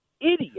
idiot